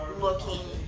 looking